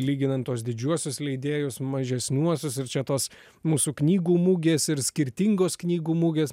lyginant tuos didžiuosius leidėjus mažesniuosius ir čia tos mūsų knygų mugės ir skirtingos knygų mugės